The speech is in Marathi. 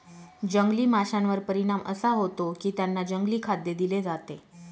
जंगली माशांवर परिणाम असा होतो की त्यांना जंगली खाद्य दिले जाते